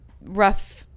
rough